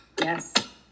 Yes